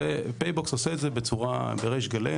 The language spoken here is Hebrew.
ופייבוקס עושה את זה בריש גלי,